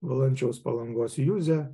valančiaus palangos juzę